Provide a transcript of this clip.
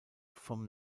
vom